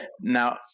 Now